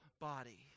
body